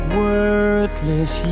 worthless